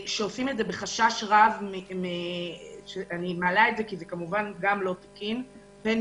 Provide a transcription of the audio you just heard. שעושים את זה בחשש רב אני מעלה את זה כי זה לא תקין פן